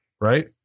right